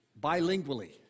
bilingually